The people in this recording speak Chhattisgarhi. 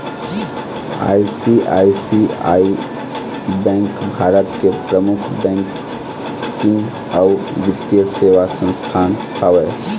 आई.सी.आई.सी.आई बेंक भारत के परमुख बैकिंग अउ बित्तीय सेवा संस्थान हवय